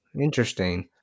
interesting